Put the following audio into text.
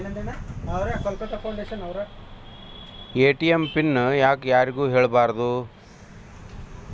ATM pin ಯಾಕ್ ಯಾರಿಗೂ ಹೇಳಬಾರದು?